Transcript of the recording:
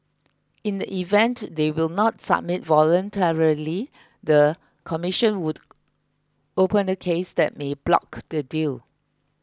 in the event they will not submit voluntarily the commission would open a case that may block the deal